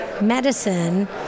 medicine